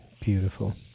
Beautiful